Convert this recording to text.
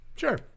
Sure